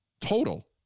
total